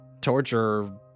torture